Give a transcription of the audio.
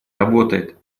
работает